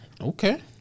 Okay